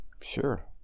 Sure